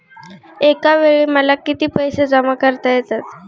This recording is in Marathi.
एकावेळी मला किती पैसे जमा करता येतात?